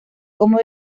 como